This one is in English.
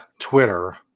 Twitter